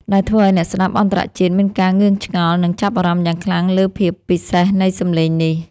ដែលធ្វើឱ្យអ្នកស្តាប់អន្តរជាតិមានការងឿងឆ្ងល់ និងចាប់អារម្មណ៍យ៉ាងខ្លាំងលើភាពពិសេសនៃសម្លេងនេះ។